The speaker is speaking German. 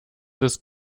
des